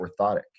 orthotic